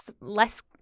Less